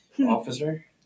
officer